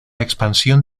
expansión